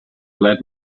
let